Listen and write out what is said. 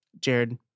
Jared